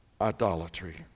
idolatry